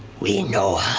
we know